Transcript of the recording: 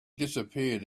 disappeared